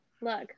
look